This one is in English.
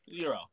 Zero